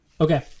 Okay